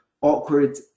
awkward